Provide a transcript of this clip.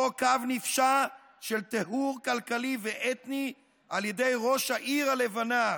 אותו קו נפשע של טיהור כלכלי ואתני על ידי ראש העיר הלבנה,